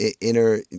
inner